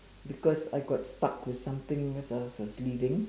because I got stuck with something as I was just leaving